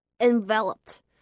Enveloped